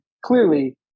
clearly